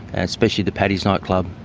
and especially the paddy's nightclub,